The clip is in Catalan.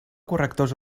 correctors